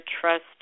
trust